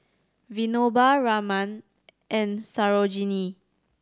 Vinoba Raman and Sarojini